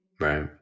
Right